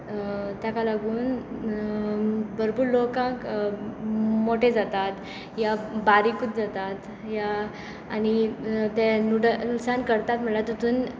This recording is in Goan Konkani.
ताका लागून भरपूर लोकांक मोठे जातात या बारिकूच जातात वा आनी ते नुडल्सान करतात म्हणल्यार तातूंत